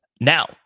Now